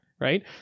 right